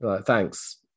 Thanks